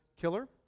killer